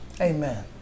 Amen